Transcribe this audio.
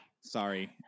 Sorry